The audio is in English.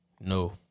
No